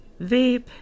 vape